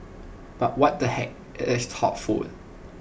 but what the heck IT is thoughtful